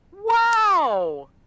wow